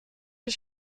ich